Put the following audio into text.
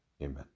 Amen